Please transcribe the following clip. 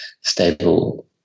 stable